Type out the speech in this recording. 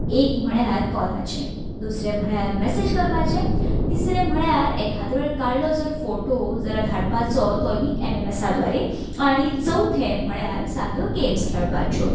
एक म्हणल्यार कॉलाचे दुसरें म्हणल्यार मॅसेज करपाचें तिसरें म्हणल्यार एखाद वेळ काडलो जर फोटो जाल्यार धाडपाचो तोयबी एम एम एसा द्वारे आनी चवथें म्हणल्यार साद्यो गेम्स खेळपाच्यो